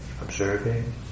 observing